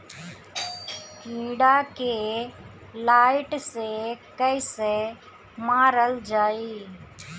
कीड़ा के लाइट से कैसे मारल जाई?